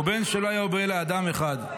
בין שלא היה בו אלא אדם אחד.